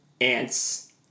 Ants